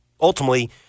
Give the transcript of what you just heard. ultimately